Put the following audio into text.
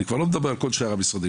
אני בכלל לא מדבר על שאר המשרדים,